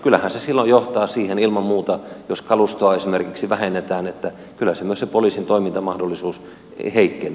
kyllähän se silloin johtaa siihen ilman muuta jos kalustoa esimerkiksi vähennetään että myös se poliisin toimintamahdollisuus heikkenee